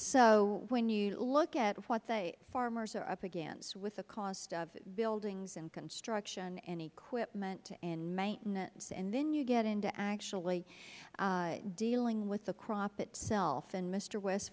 so when you look at what the farmers are up against with the cost of buildings and construction and equipment and maintenance and then you get into actually dealing with the crop itself and mister west